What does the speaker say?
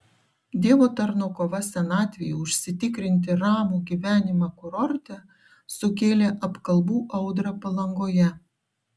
dievo tarno kova senatvei užsitikrinti ramų gyvenimą kurorte sukėlė apkalbų audrą palangoje